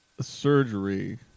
surgery